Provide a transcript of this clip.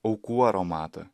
aukų aromatą